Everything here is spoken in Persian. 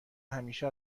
همیشه